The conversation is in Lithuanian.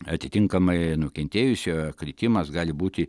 atitinkamai nukentėjusiojo kritimas gali būti